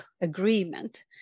agreement